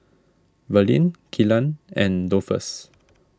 Verlene Kylan and Dolphus